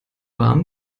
warm